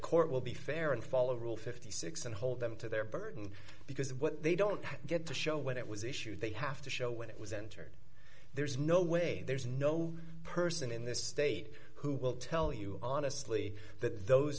court will be fair and follow rule fifty six and hold them to their burden because what they don't get to show when it was issued they have to show when it was entered there's no way there's no person in this state who will tell you honestly th